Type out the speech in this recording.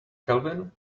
kelvin